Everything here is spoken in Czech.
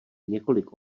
několik